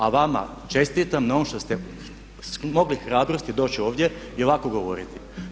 A vama čestitam na ovom što ste smogli hrabrosti doći ovdje i ovako govoriti.